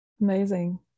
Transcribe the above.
amazing